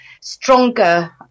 stronger